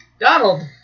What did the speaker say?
donald